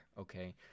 okay